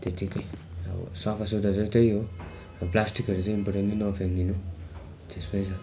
त्यतिकै अब सफा सुग्घर चाहिँ त्यही हो प्लास्टिकहरू चाहिँ इम्पोर्टेन्टली नफ्याँकिदिनु त्यसमै छ